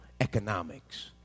economics